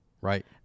Right